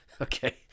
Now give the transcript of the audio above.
Okay